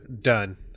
Done